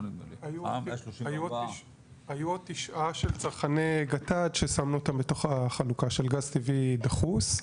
היו עוד תשעה של צרכי גט"ד ששמנו אותם בתוך החלוקה של גז טבעי דחוס,